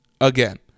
again